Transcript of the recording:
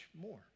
more